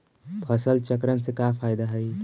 फसल चक्रण से का फ़ायदा हई?